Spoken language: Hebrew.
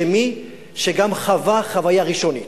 כמי שגם חווה חוויה ראשונית.